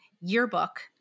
yearbook